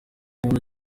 umuntu